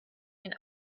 den